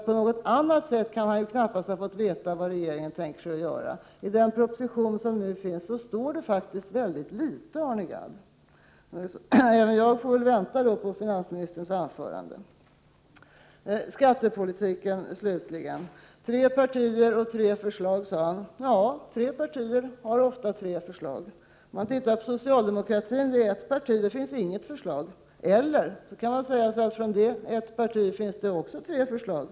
På något annat sätt kan han knappast ha fått veta vad regeringen skall göra. I den nu framlagda propositionen står det faktiskt mycket litet, Arne Gadd. Också jag får väl därför vänta på finansministerns anförande. Vad slutligen beträffar skattepolitiken talade Arne Gadd om tre partier och tre förslag. Ja, tre partier har ofta tre förslag. Ett parti, socialdemokraterna, har inget förslag. Man kan också säga att det hos socialdemokraterna, som är ett parti, finns tre förslag.